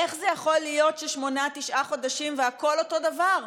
איך זה יכול להיות ששמונה-תשעה חודשים והכול אותו דבר,